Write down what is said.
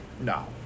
No